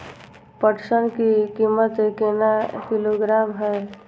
पटसन की कीमत केना किलोग्राम हय?